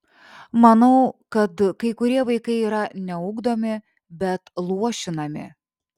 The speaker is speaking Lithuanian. manau kad kai kurie vaikai yra ne ugdomi bet luošinami